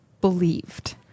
believed